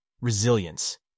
resilience